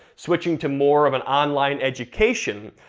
switching to more of an online education,